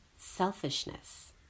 selfishness